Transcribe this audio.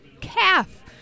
calf